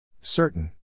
Certain